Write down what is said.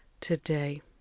today